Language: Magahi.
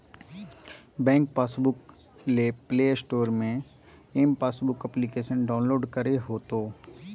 बैंक पासबुक ले प्ले स्टोर से एम पासबुक एप्लिकेशन डाउनलोड करे होतो